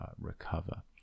recover